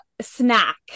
snack